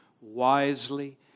wisely